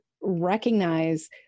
recognize